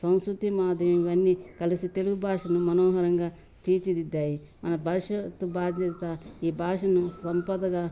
సంస్కృతి మాధుర్యము ఇవన్నీ కలిసి తెలుగు భాషను మనోహరంగా తీర్చిదిద్దాయి మన భవిష్యత్ బాధ్యత ఈ భాషను సంపదగా